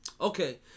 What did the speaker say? okay